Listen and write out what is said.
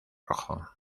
rojo